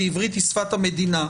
שעברית היא שפת המדינה,